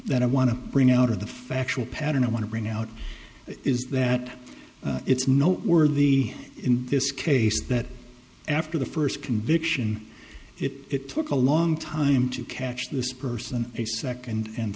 that i want to bring out of the factual pattern i want to bring out is that it's noteworthy in this case that after the first conviction it took a long time to catch this person a second and